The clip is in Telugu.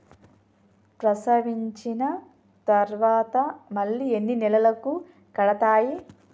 ప్రసవించిన తర్వాత మళ్ళీ ఎన్ని నెలలకు కడతాయి?